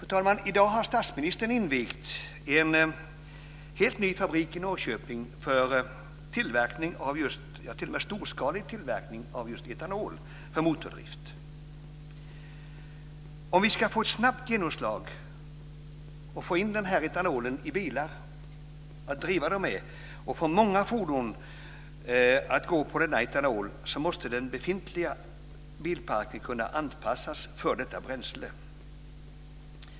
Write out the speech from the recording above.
Fru talman! I dag har statsministern invigt en helt ny fabrik i Norrköping för storskalig tillverkning av just etanol för motordrift. Om vi ska få ett snabbt genomslag för etanoldrift av många bilar måste den befintliga bilparken kunna anpassas för detta bränsle.